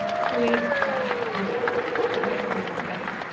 create a craft vision to get what we want betty?